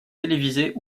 télévisées